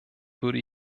würde